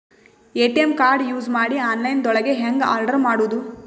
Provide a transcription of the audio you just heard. ATM card use ಮಾಡಿ online ದೊಳಗೆ ಹೆಂಗ್ ಆರ್ಡರ್ ಮಾಡುದು?